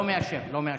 לא מאשר, לא מאשר,